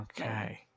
Okay